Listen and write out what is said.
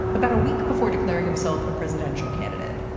about a week before declaring himself a presidential candidate,